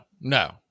no